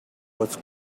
was